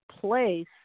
place